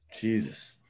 Jesus